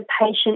patient